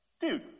dude